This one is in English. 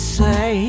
say